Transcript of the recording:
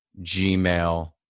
Gmail